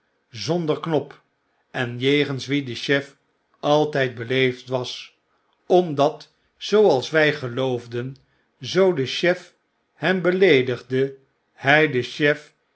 zonder knop en jegens wien de chef altijd beleefd was omdat zooals wy geloofden zoo de chef hem beleedigde hy den chef